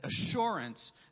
assurance